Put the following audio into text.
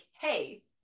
hey